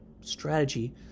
strategy